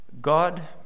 God